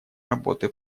работы